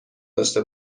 داشته